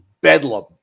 bedlam